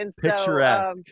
picturesque